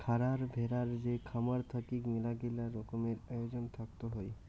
খারার ভেড়ার যে খামার থাকি মেলাগিলা রকমের আয়োজন থাকত হই